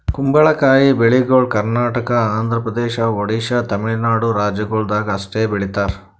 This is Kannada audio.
ಕುಂಬಳಕಾಯಿ ಬೆಳಿಗೊಳ್ ಕರ್ನಾಟಕ, ಆಂಧ್ರ ಪ್ರದೇಶ, ಒಡಿಶಾ, ತಮಿಳುನಾಡು ರಾಜ್ಯಗೊಳ್ದಾಗ್ ಅಷ್ಟೆ ಬೆಳೀತಾರ್